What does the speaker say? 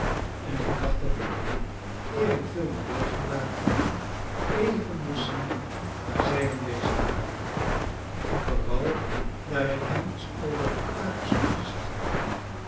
en ik dacht dat ik eer ik veel beweging maakte even moest zien waar zij aan bezig waren vooral daar ik hen iets over de kwakers hoorde zeggen